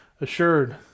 assured